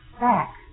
back